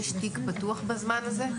יש תיק פתוח בזמן הזה?